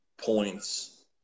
points